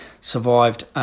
survived